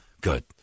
good